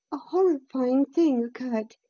a horrifying thing occurred.